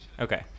Okay